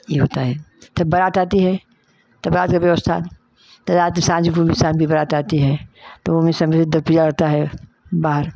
ई होता है तब बरात आती है त बरात के ब्यवस्था त रात में साँझ भूमि साँझ भी बरात आती है तो ओमे समझिए दपीया होता है बाहर